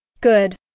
Good